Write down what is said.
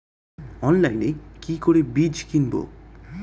অনলাইনে কি করে বীজ কিনব?